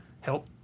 help